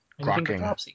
rocking